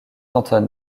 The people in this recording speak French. anton